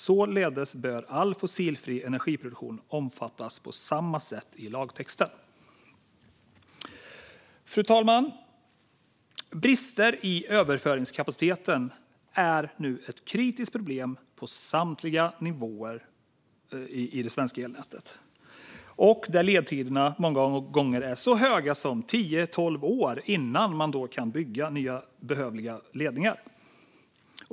Således bör all fossilfri energiproduktion omfattas på samma sätt i lagtexten. Fru talman! Brister i överföringskapaciteten är nu ett kritiskt problem på samtliga nivåer i det svenska elnätet. Dessutom är ledtiderna många gånger så långa som tio tolv år innan man kan bygga nya, behövliga ledningar.